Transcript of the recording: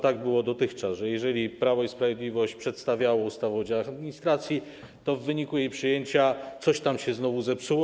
Tak było dotychczas - jeżeli Prawo i Sprawiedliwość przedstawiało ustawę o działach administracji, to w wyniku jej przyjęcia coś się znowu psuło.